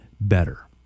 better